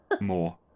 more